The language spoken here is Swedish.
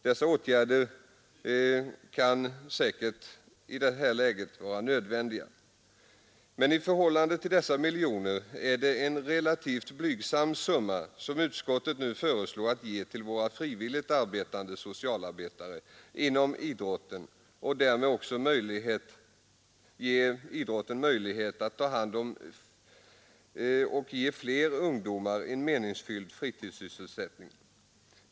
Dessa åtgärder kan säkert i nuvarande läge vara nödvändiga, men i förhållande till dessa miljoner är det en relativt blygsam summa som utskottet nu föreslår att ge till våra frivilligt arbetande socialarbetare inom idrotten, så att de därmed får möjlighet att ta hand om och ge fler ungdomar en meningsfylld fritidssysselsättning.